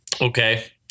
Okay